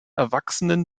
erwachsenen